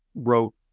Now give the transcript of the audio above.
Wrote